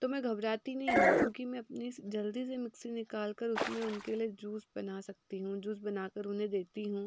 तो मैं घबराती नहीं हूँ क्योंकि अपनी इस जल्दी से मिक्सी निकाल कर उस में उनके लिए जूस बना सकती हूँ जूस बना कर उन्हें देती हूँ